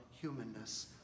humanness